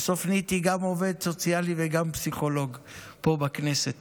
ובסוף נהייתי גם עובד סוציאלי וגם פסיכולוג פה בכנסת,